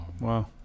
Wow